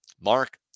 Mark